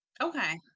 okay